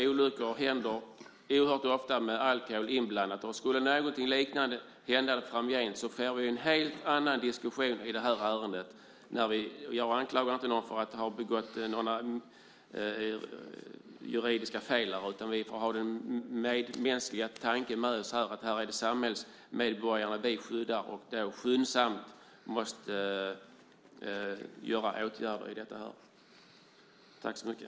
Olyckor händer oerhört ofta i samband med alkohol. Skulle något liknande hända framgent får vi en helt annan diskussion i det här ärendet. Jag anklagar inte någon för att ha begått juridiska fel, utan vi får tänka medmänskligt. Här är det samhällets medborgare som vi skyddar. Därför måste åtgärder skyndsamt vidtas här.